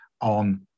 on